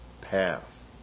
path